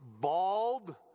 bald